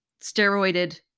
steroided